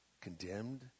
condemned